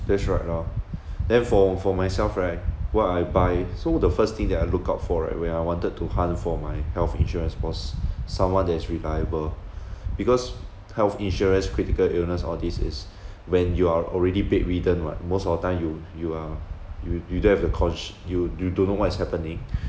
that's right lah then for for myself right what I buy so the first thing that I look out for right when I wanted to hunt for my health insurance was someone that is reliable because health insurance critical illness all these is when you are already bedridden [what] most of the time you you are you you don't have the conscio~ you you don't know what is happening